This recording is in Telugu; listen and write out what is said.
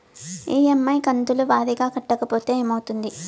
ఇ.ఎమ్.ఐ కంతుల వారీగా కట్టకపోతే ఏమవుతుంది?